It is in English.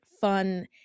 fun